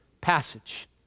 passage